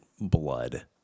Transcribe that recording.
blood